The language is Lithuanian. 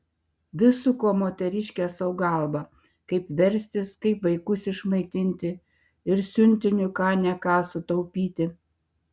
vis suko moteriškė sau galvą kaip verstis kaip vaikus išmaitinti ir siuntiniui ką ne ką sutaupyti